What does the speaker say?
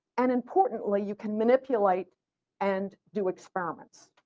and importantly you can manipulate and do experiments.